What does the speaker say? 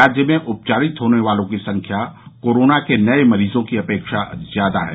राज्य में उपचारित होने वालों की संख्या कोरोना के नये मरीजों की अपेक्षा ज्यादा है